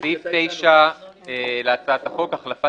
סעיף 9 להצעת החוק: "החלפת